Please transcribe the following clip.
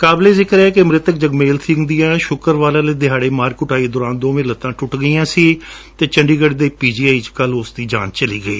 ਕਾਬਲੇ ਜਿਕਰ ਹੈ ਕਿ ਮ੍ਰਿਤਕ ਜਗਮੇਲ ਸਿੰਘ ਦੀਆਂ ਸ਼ੁੱਕਰਵਾਰ ਵਾਲੇ ਦਿਹਾੜੇ ਮਾਰਕੁਟਾਈ ਦੌਰਾਨ ਦੋਵੇਂ ਲੱਤਾਂ ਟੁੱਟ ਗਈਆਂ ਸਨ ਅਤੇ ਚੰਡੀਗੜ ਦੇ ਪੀਜੀਆਈ ਵਿੱਚ ਕੱਲ੍ ਉਸ ਦੀ ਜਾਨ ਚਲੀ ਗਈ